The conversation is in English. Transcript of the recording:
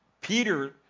Peter